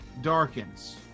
darkens